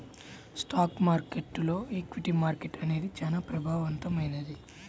stock మార్కెట్టులో equity market అనేది చానా ప్రభావవంతమైంది